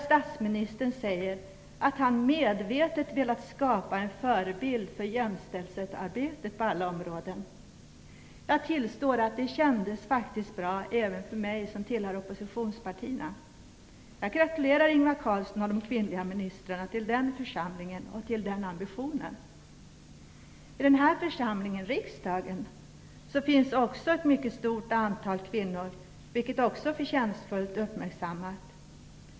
Statsministern säger där att han medvetet velat skapa en förebild för jämställdhetsarbetet på alla områden. Jag tillstår att det kändes bra även för mig som tillhör ett oppositionsparti. Jag gratulerar Ingvar Carlsson, de kvinnliga ministrarna och den församlingen till den ambitionen. I denna församling - riksdagen - finns också ett mycket stort antal kvinnor, vilket förtjänstfullt uppmärksammats.